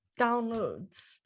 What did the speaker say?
downloads